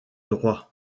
droit